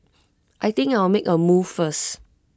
I think I'll make A move first